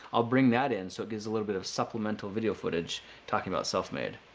i'll bring that in. so, it gives a little bit of supplemental video footage talking about self made.